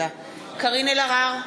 קארין אלהרר,